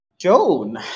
Joan